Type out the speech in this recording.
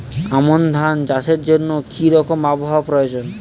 আমন ধান চাষের জন্য কি রকম আবহাওয়া প্রয়োজন?